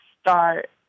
start